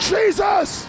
Jesus